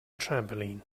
trampoline